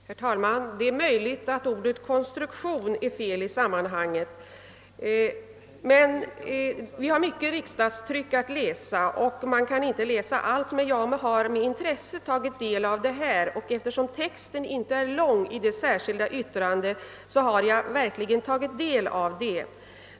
Herr talman! Det är möjligt att jag använt ordet »konstruktion» felaktigt i detta sammanhang. Vi har mycket riksdagstryck att läsa, men jag har med stort intresse tagit del av detta utlå tande och eftersom det särskilda yttrandet inte är särskilt långt har jag noggrant läst det.